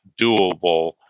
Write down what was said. doable